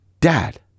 dad